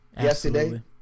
Yesterday